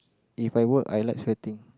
If I work I like sweating